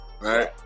right